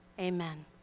amen